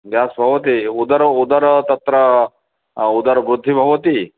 gas भवति उदर उदर तत्र उदरवृद्धिः भवति